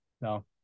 No